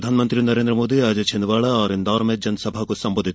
प्रधानमंत्री नरेन्द्र मोदी आज छिदवाडा और इंदौर में जनसभा को करेंगे संबोधित